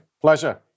pleasure